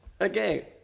Okay